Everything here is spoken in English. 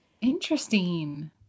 interesting